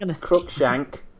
Crookshank